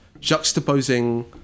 juxtaposing